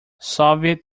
soviet